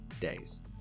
days